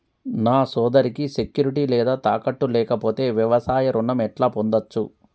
నా సోదరికి సెక్యూరిటీ లేదా తాకట్టు లేకపోతే వ్యవసాయ రుణం ఎట్లా పొందచ్చు?